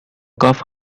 cough